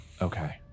Okay